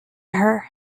her